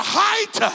height